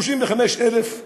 35,000 תושבים,